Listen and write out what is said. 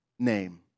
name